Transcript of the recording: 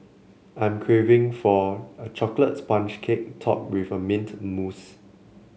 I am craving for a chocolate sponge cake topped with mint mousse